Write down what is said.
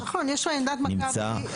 נמצא,